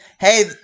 Hey